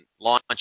launch